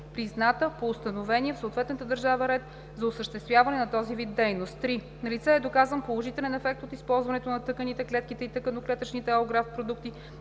призната по установения в съответната държава ред за осъществяване на този вид дейност; 3. налице е доказан положителен ефект от използването на тъканите, клетките и тъканно-клетъчните алографт продукти,